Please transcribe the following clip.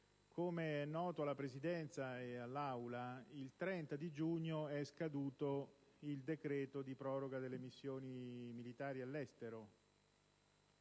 come è noto alla Presidenza e all'Assemblea, il 30 giugno è scaduto il decreto di proroga delle missioni militari all'estero.